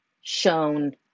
shown